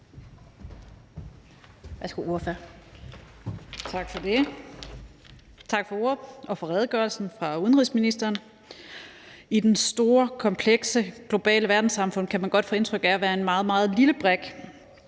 Tak for ordet og for redegørelsen fra udenrigsministeren. I det store, komplekse, globale verdenssamfund kan man godt få indtryk af at være en meget, meget lille brik.